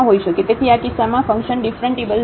તેથી આ કિસ્સામાં ફંક્શન ડિફરન્ટિબલ નથી